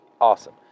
Awesome